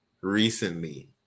recently